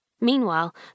Meanwhile